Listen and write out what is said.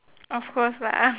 of course lah